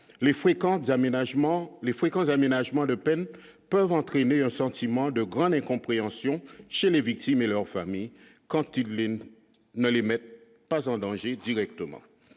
les fréquences d'aménagements de peine, peuvent entraîner un sentiment de grande incompréhension chez les victimes et leurs familles quand il ne les mettent pas en danger directement